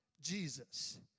Jesus